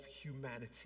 humanity